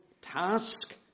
task